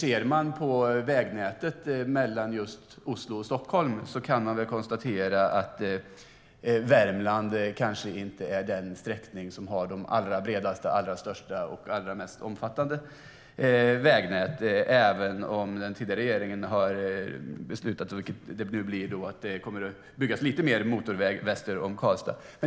Ser man på vägnätet mellan just Oslo och Stockholm kan man väl konstatera att Värmland kanske inte är den sträckning som har det mest omfattande vägnätet med de allra bredaste, största vägarna, även om den tidigare regeringen har beslutat att det kommer att byggas lite mer motorväg väster om Karlstad, vilket nu blir av.